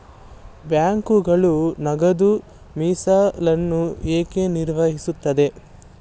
ಬ್ಯಾಂಕುಗಳು ನಗದು ಮೀಸಲನ್ನು ಏಕೆ ನಿರ್ವಹಿಸುತ್ತವೆ?